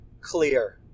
Clear